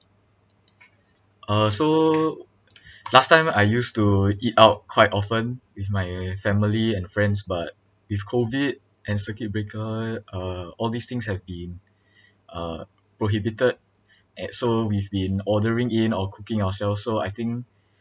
uh so last time I used to eat out quite often with my family and friends but with COVID and circuit breaker uh all these things have been uh prohibited at so we've been ordering in or cooking ourselves so I think